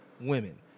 women